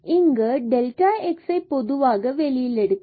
இங்கு டெல்டா xஐ பொதுவாக வெளியில் எடுக்கலாம்